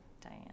Diane